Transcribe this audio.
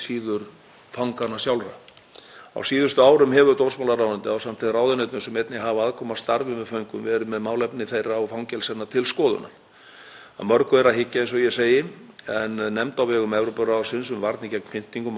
Að mörgu er að hyggja, eins og ég segi, en nefnd á vegum Evrópuráðsins um varnir gegn pyndingum og ómannlegri eða vanvirðandi meðferð eða refsingu, gerði úttekt hér 2019. Í kjölfarið var stofnað til starfshóps um heilbrigðisþjónustu í fangelsum sem leiddi m.a. af sér að